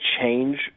change